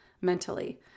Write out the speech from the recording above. mentally